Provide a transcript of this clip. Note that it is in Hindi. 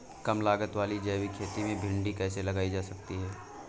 कम लागत वाली जैविक खेती में भिंडी कैसे लगाई जा सकती है?